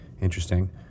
interesting